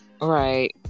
Right